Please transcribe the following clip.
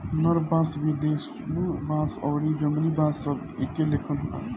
नर बांस, वेदुर बांस आउरी जंगली बांस सब एके लेखन होला